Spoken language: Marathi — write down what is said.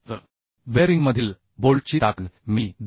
तर बेअरिंगमधील बोल्टची ताकद मी 2